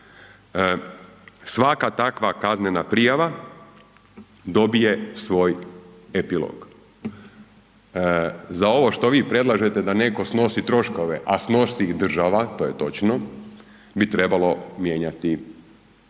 svaka takva kaznena prijava dobije svoj epilog. Za ovo što vi predlažete da netko snosi troškove a snosi ih država, to je točno bi trebalo mijenjati zakon.